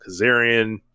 Kazarian